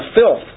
filth